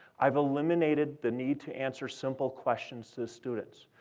i've eliminated the need to answer simple questions to the students.